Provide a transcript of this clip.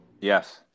Yes